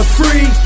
free